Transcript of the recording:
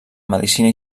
medicina